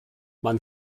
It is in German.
man